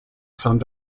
some